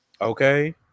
Okay